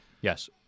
Yes